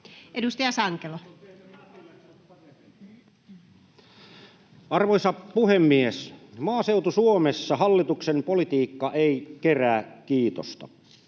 16:07 Content: Arvoisa puhemies! Maaseutu-Suomessa hallituksen politiikka ei kerää kiitosta.